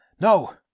No